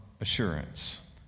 assurance